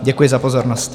Děkuji za pozornost.